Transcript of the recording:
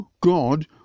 God